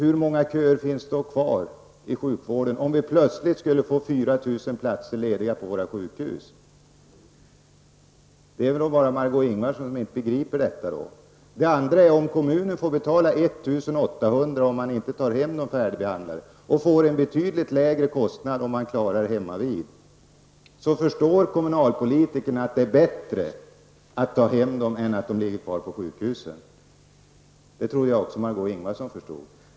Hur många köer finns det kvar i sjukvården om vi plötsligt får 4 000 platser lediga på våra sjukhus? Det är väl bara Margó Ingvardsson som inte begriper detta. Det andra är att om kommunen får betala 1 800 kr. om man inte tar hem de färdigbehandlade, men får lägre kostnad om man klarar det hemmavid, då förstår kommunalpolitiker att det är bättre att ta hem dem än att låta dem ligga kvar på sjukhusen. Det tror jag också Margó Ingvardsson förstår.